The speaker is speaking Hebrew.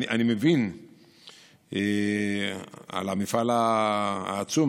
אני מבין על המפעל העצום,